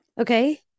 okay